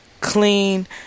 clean